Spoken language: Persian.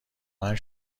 مند